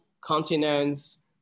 continents